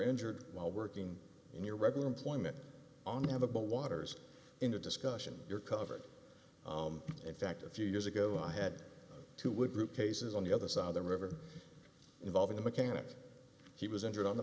injured while working in your regular employment on the waters in a discussion you're covered in fact a few years ago i had to with group cases on the other side of the river involving a mechanic he was injured on the